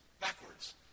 backwards